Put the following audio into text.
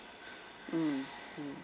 mm mm